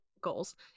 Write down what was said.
goals